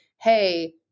hey